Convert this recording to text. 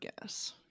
guess